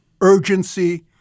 urgency